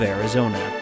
Arizona